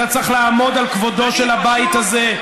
אתה צריך לעמוד על כבודו של הבית הזה,